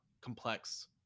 complex